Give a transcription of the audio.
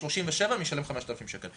ו-37 משלם 5,000 שקל.